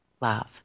love